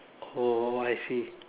oh I see